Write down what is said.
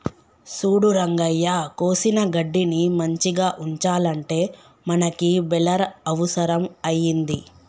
సూడు రంగయ్య కోసిన గడ్డిని మంచిగ ఉంచాలంటే మనకి బెలర్ అవుసరం అయింది